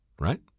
Right